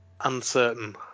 Uncertain